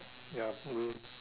ya will